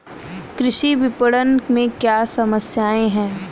कृषि विपणन में क्या समस्याएँ हैं?